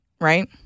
right